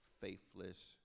faithless